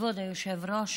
כבוד היושב-ראש,